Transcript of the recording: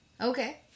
Okay